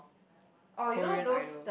Korean idol